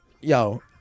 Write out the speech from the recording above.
Yo